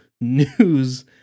news